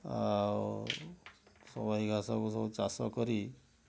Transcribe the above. ଆଉ ସବାଇଘାସକୁ ସବୁ ଚାଷ କରି